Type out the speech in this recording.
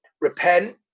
repent